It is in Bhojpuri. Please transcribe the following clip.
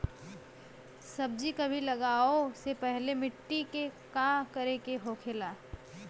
सब्जी कभी लगाओ से पहले मिट्टी के का करे के होखे ला?